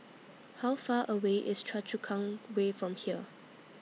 How Far away IS Choa Chu Kang Way from here